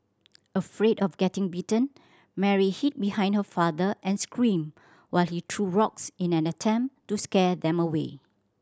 afraid of getting bitten Mary hid behind her father and screamed while he threw rocks in an attempt to scare them away